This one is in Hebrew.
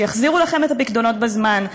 שיחזירו לכם את הפיקדונות בזמן,